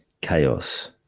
chaos